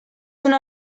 una